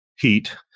heat